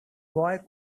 boy